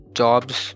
jobs